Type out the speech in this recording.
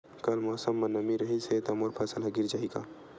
कल मौसम म नमी रहिस हे त मोर फसल ह गिर जाही का?